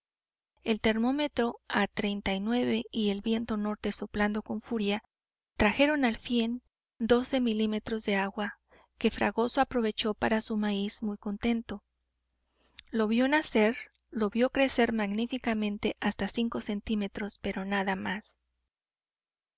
el termómetro a y el viento norte soplando con furia trajeron al fin doce milímetros de agua que fragoso aprovechó para su maíz muy contento lo vió nacer lo vió crecer magníficamente hasta cinco centímetros pero nada más